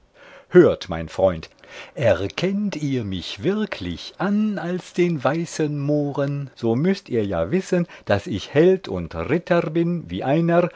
hört mein freund erkennt ihr mich wirklich an als den weißen mohren so müßt ihr ja wissen daß ich held und ritter bin wie einer